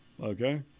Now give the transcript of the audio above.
Okay